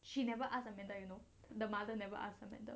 she never ask amanda you know the mother never ask amanda